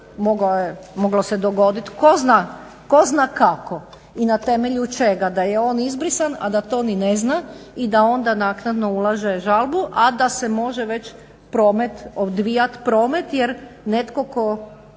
moglo se dogoditi tko zna kako i na temelju čega da je on izbrisan, a da to ni ne zna i da onda naknadno ulaže žalbu a da se može već promet odvijati. Jer netko tko